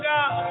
God